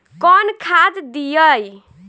कौन खाद दियई?